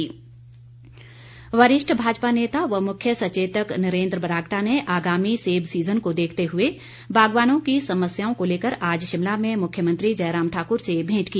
बरागटा वरिष्ठ भाजपा नेता व मुख्य सचेतक नरेन्द्र बरागटा ने आगामी सेब सीज़न को देखते हुए बागवानों की समस्याओं को लेकर आज शिमला में मुख्यमंत्री जयराम ठाकुर से भेंट की